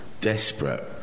desperate